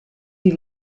die